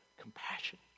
compassion